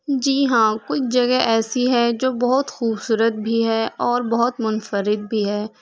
جی ہاں کچھ جگہ ایسی ہے جو بہت خوبصورت بھی ہے اور بہت منفرد بھی ہے